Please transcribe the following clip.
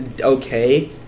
okay